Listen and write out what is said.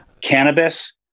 Cannabis